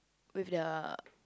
with the